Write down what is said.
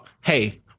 hey